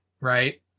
Right